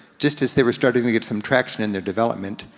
just as they were starting to get some traction in their development,